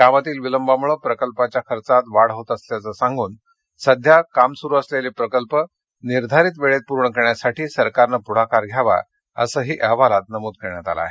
कामातील विलंबामुळे प्रकल्पाच्या खर्चात वाढ होत असल्याचं सांगून सध्या काम सुरू असलेले प्रकल्प निर्धारित वेळेत पूर्ण करण्यासाठी सरकारनं पुढाकार घ्यावा असं या अहवालात नमूद करण्यात आलं आहे